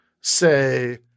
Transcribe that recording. say